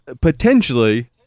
potentially